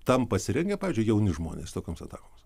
tam pasirengę pavyzdžiui jauni žmonės tokioms atakoms